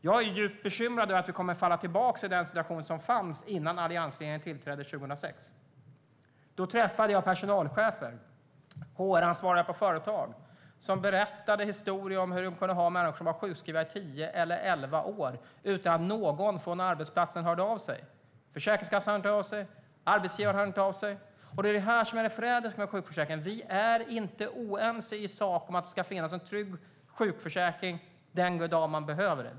Jag är djupt bekymrad över att vi kommer att falla tillbaka i den situation som fanns innan alliansregeringen tillträdde 2006. Då träffade jag personalchefer, HR-ansvariga på företag, som berättade historier om att de kunde ha människor som var sjukskrivna i tio eller elva år utan att någon från arbetsplatsen hörde av sig. Försäkringskassan hörde inte av sig. Arbetsgivaren hörde inte av sig. Det är det här som är det förrädiska med sjukförsäkringen. Vi är inte oense i sak om att det ska finnas en trygg sjukförsäkring den dag man behöver den.